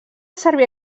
servir